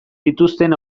dituzten